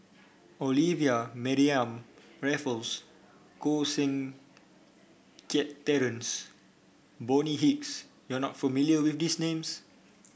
Olivia Mariamne Raffles Koh Seng Kiat Terence Bonny Hicks you are not familiar with these names